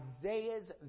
Isaiah's